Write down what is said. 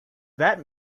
that